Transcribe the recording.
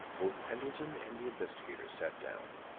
both pendleton and the investigator sat down.